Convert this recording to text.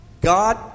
God